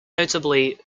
notably